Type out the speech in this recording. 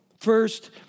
First